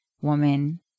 woman